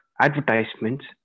advertisements